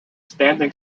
standing